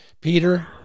Peter